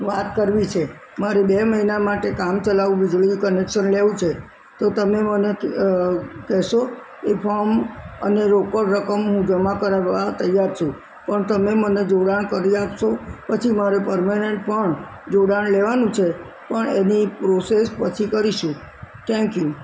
વાત કરવી છે મારે બે મહિના માટે કામચલાઉ વીજળીનું કનેક્શન લેવું છે તો તમે મને કહેશો એ ફૉર્મ અને રોકડ રકમ હું જમા કરાવવા તૈયાર છું પણ તમે મને જોડાણ કરી આપશો પછી મારે પરમેનેન્ટ પણ જોડાણ લેવાનું છે પણ એની એક પ્રોસેસ પછી કરીશું થેન્કયુ